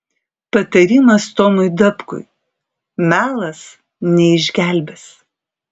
patarimas tomui dapkui melas neišgelbės